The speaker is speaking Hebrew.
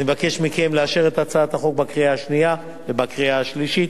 אני מבקש מכם לאשר את הצעת החוק בקריאה השנייה ובקריאה השלישית.